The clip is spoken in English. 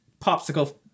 popsicle